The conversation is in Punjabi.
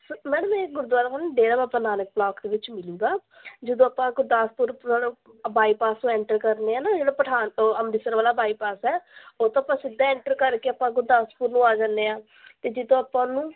ਸ ਮੈਡਮ ਇਹ ਗੁਰਦੁਆਰਾ ਹੁਣ ਡੇਰਾ ਬਾਬਾ ਨਾਨਕ ਬਲੋਕ ਦੇ ਵਿੱਚ ਮਿਲੂਗਾ ਜਦੋਂ ਆਪਾਂ ਗੁਰਦਾਸਪੁਰ ਬਾਈਪਾਸ ਤੋਂ ਐਂਟਰ ਕਰਦੇ ਹਾਂ ਨਾ ਜਿਹੜਾ ਪਠਾਨਕੋਟ ਤੋਂ ਅੰਮ੍ਰਿਤਸਰ ਵਾਲਾ ਬਾਈਪਾਸ ਹੈ ਉਹ ਤੋਂ ਆਪਾਂ ਸਿੱਧਾ ਐਂਟਰ ਕਰਕੇ ਆਪਾਂ ਗੁਰਦਾਸਪੁਰ ਨੂੰ ਆ ਜਾਂਦੇ ਹਾਂ ਅਤੇ ਜਿਸ ਤੋਂ ਆਪਾਂ ਉਹਨੂੰ